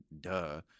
duh